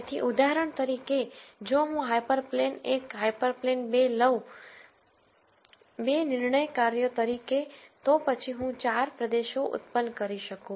તેથી ઉદાહરણ તરીકે જો હું હાયપરપ્લેન 1 હાયપરપ્લેન 2 લઉં 2 નિર્ણય કાર્યો તરીકે તો પછી હું 4 પ્રદેશો ઉત્પન્ન કરી શકું